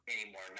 anymore